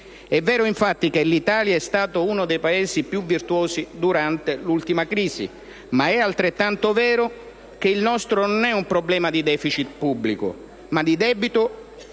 È vero - infatti - che l'Italia è stato uno dei Paesi più virtuosi durante l'ultima crisi, ma è altrettanto vero che il nostro non è un problema di deficit pubblico, ma di debito e di